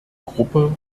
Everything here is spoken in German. gruppe